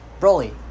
broly